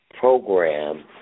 program